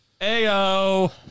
Ayo